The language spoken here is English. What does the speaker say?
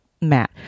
Matt